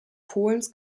polens